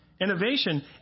innovation